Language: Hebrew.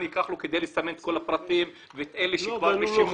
ייקח לסמן את כל הפרטים ואת אלה שכבר בשימוש?